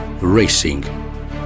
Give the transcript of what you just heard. Racing